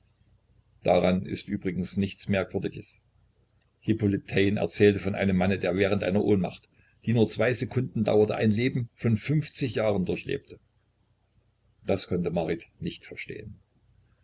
daran ist übrigens nichts merkwürdiges hippolit taine erzählt von einem manne der während einer ohnmacht die nur zwei sekunden dauerte ein leben von fünfzig jahren durchlebte das konnte marit nicht verstehen